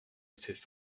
restaient